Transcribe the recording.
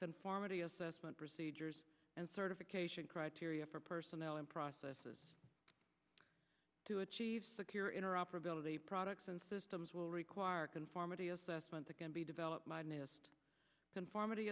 conformity assessment procedures and certification criteria for personnel and processes to achieve secure interoperability products and systems will require conformity assessment that can be developed my newest conformity